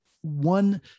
one